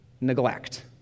Neglect